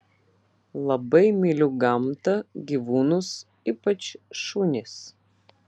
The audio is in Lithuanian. labai myliu gamtą gyvūnus ypač šunis